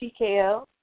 TKO